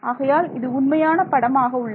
ஆகையால் இது உண்மையான படமாக உள்ளது